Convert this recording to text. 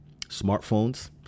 smartphones